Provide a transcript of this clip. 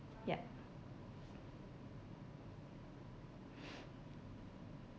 ya